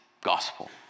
gospel